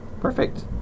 Perfect